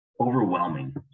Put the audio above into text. overwhelming